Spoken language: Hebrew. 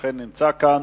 שאכן נמצא כאן,